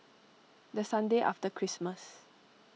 the Sunday after Christmas